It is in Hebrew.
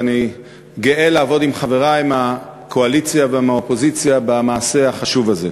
ואני גאה לעבוד עם חברי מהקואליציה ומהאופוזיציה במעשה החשוב הזה.